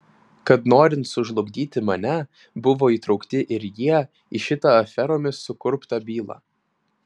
kad norint sužlugdyti mane buvo įtraukti ir jie į šitą aferomis sukurptą bylą